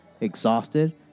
exhausted